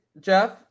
Jeff